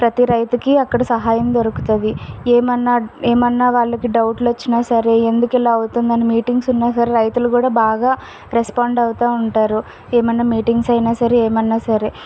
ప్రతి రైతుకి అక్కడ సహాయం దొరుకుతుంది ఏమన్నా ఏమన్నా వాళ్ళకి డౌట్లు వచ్చినా సరే ఎందుకు ఇలా అవుతుందని మీటింగ్స్ ఉన్నా సరే రైతులు కూడా బాగా రెస్పాండ్ అవుతు ఉంటారు ఏమన్నా మీటింగ్స్ అయినా సరే ఏమన్నా సరే